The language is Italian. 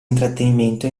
intrattenimento